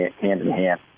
hand-in-hand